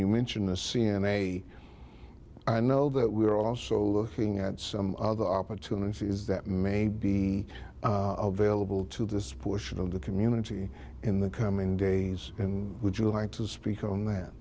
you mention a c and i i know that we are also looking at some other opportunities that may be available to this portion of the community in the coming days and would you like to speak on that